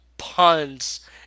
puns